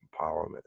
empowerment